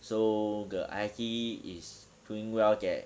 so the I_T is doing well that